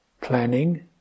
planning